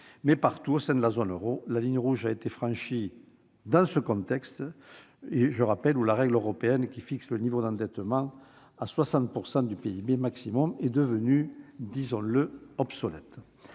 Mais, partout au sein de la zone euro, la ligne rouge a été franchie dans un contexte- je le rappelle -où la règle européenne qui fixe le niveau d'endettement à 60 % du PIB maximum est devenue obsolète.